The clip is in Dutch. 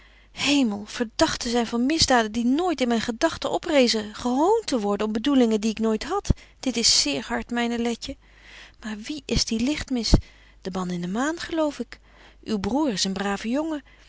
hemel verdagt te zyn van misdaden die nooit in myn gedagten oprezen gehoont te worden om bedoelingen die ik nooit had dit is zeer hart myne letje maar wie is die ligtmis de man in de maan geloof ik uw broêr is een brave jongen